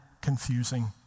confusing